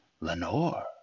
Lenore